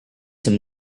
him